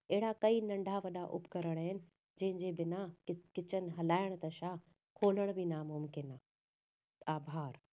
अहिड़ा कई नंढा वॾा उपकरण आहिनि जंहिंजे बिना किचन हलाइण त छा खोलण बि नामुमकिन आहे आभार